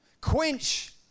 quench